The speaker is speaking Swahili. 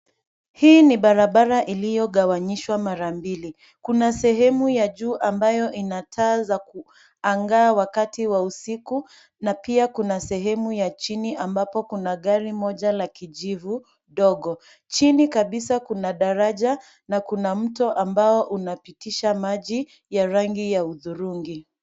Hii ni barabara iliyogawanyishwa mara mbili. Kuna sehemu ya juu ambayo ina taa za kuangaa wakati wa usiku na pia kuna sehemu ya chini ambapo kuna gari moja la kijivu dogo. Chini kabisa kuna daraja na kuna mto ambao unapitisha maji ya rangi ya hudhurungi.